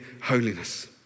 holiness